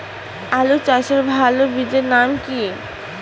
আলু চাষের ভালো বীজের নাম কি?